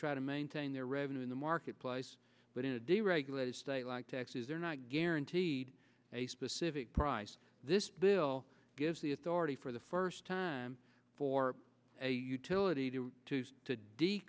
try to maintain their revenue in the marketplace but in a deregulated state like taxes they're not guaranteed a specific price this bill gives the authority for the first time for a utility to